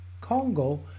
Congo